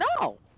No